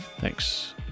Thanks